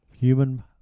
human